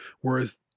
Whereas